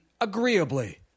agreeably